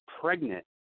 pregnant